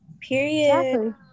period